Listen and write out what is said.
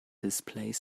displays